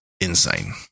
insane